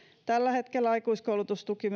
tällä hetkellä aikuiskoulutustuki